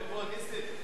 לפה, לפה, נסים.